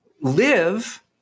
live